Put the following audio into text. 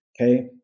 Okay